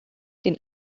den